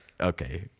Okay